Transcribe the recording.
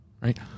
Right